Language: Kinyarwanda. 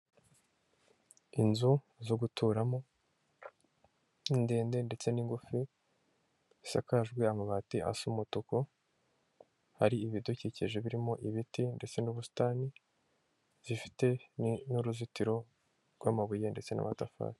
Inzu zo guturamo indende ndetse n'ingufi zisakajejwe amabati asa umutuku, hari ibidukikije birimo ibiti ndetse n'ubusitani, zifite n'uruzitiro rw'amabuye ndetse n'amatafari.